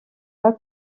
pas